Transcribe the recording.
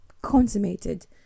consummated